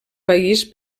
país